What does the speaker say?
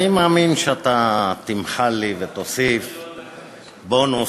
אני מאמין שאתה תמחל לי ותוסיף לי בונוס,